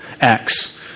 Acts